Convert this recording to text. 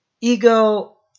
Ego